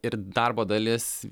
ir darbo dalis